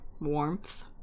warmth